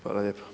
Hvala lijepa.